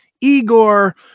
Igor